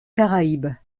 caraïbes